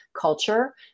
culture